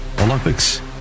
Olympics